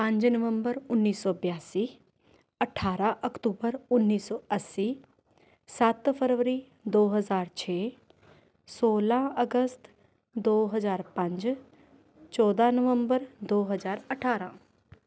ਪੰਜ ਨਵੰਬਰ ਉੱਨੀ ਸੌ ਬਿਆਸੀ ਅਠਾਰਾਂ ਅਕਤੂਬਰ ਉੱਨੀ ਸੌ ਅੱਸੀ ਸੱਤ ਫਰਵਰੀ ਦੋ ਹਜ਼ਾਰ ਛੇ ਸੋਲ਼ਾਂ ਅਗਸਤ ਦੋ ਹਜ਼ਾਰ ਪੰਜ ਚੌਦਾਂ ਨਵੰਬਰ ਦੋ ਹਜ਼ਾਰ ਅਠਾਰਾਂ